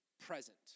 present